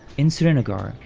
in srinagar,